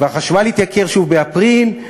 והחשמל יתייקר שוב באפריל,